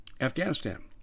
Afghanistan